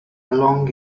along